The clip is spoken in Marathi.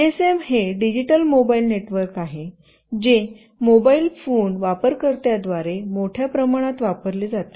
जीएसएम हे डिजिटल मोबाइल नेटवर्क आहे जे मोबाइल फोन वापरकर्त्यांद्वारे मोठ्या प्रमाणात वापरले जाते